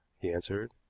he answered,